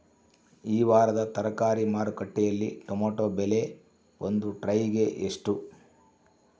ಈ ವಾರದ ತರಕಾರಿ ಮಾರುಕಟ್ಟೆಯಲ್ಲಿ ಟೊಮೆಟೊ ಬೆಲೆ ಒಂದು ಟ್ರೈ ಗೆ ಎಷ್ಟು?